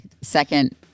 second